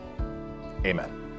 Amen